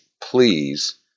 please